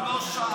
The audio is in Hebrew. עכשיו לא שם,